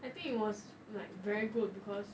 I think it was like very good because